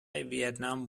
vietnam